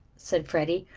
said freddie.